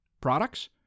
products